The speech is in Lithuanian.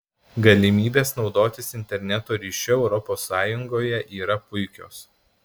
galimybės naudotis interneto ryšiu europos sąjungoje yra puikios